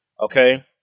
Okay